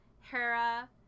Hera